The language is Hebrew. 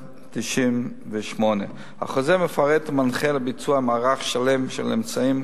57/98. החוזר מפרט ומנחה לביצוע מערך שלם של אמצעים,